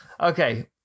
Okay